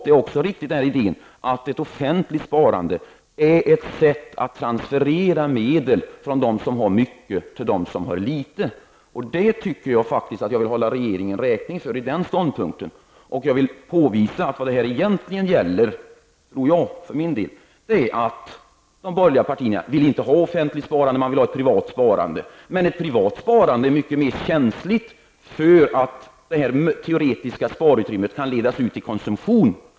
Den här idén att ett offentligt sparande är ett sätt att transferera medel från dem som har mycket till dem som har litet är också riktig. Det vill jag faktiskt hålla regeringen i räkning för. Jag tror, för min del, att vad det egentligen gäller är att de borgerliga inte vill ha ett offentligt sparande. Man vill ha ett privat sparande. Men ett privat sparande är mycket känsligare för att det teoretiska sparutrymmet kan ledas ut i konsumtion.